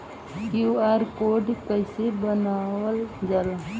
QR code कइसे बनवाल जाला?